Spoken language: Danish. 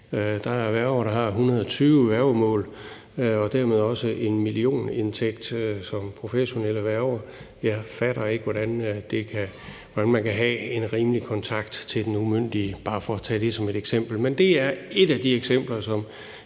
Der er værger, der har 120 værgemål og dermed også en millionindtægt som professionel værge. Jeg fatter ikke, hvordan man så kan have en rimelig kontakt til den umyndige. Det er bare for at tage det som et eksempel, men det er et af de eksempler, som